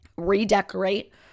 redecorate